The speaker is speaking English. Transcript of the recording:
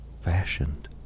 Fashioned